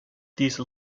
these